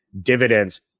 dividends